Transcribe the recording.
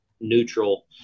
neutral